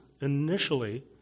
initially